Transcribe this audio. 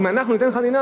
אם אנחנו ניתן חנינה,